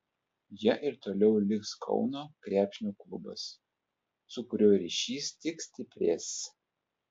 ja ir toliau liks kauno krepšinio klubas su kuriuo ryšys tik stiprės